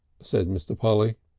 said mr. polly.